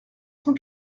cent